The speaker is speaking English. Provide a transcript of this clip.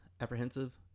apprehensive